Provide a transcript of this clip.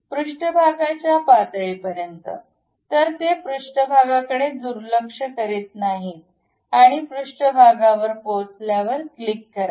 पृष्ठभागाच्या पातळीपर्यंत तर ते पृष्ठभागाकडे दुर्लक्ष करीत नाही आणि पृष्ठभागावर पोहोचल्यावर क्लिक करा